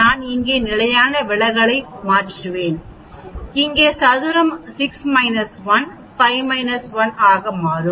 நான் இங்கே நிலையான விலகல்களை மாற்றவும் இங்கே சதுரம் 6 1 5 1 ஆக மாறும்